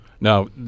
Now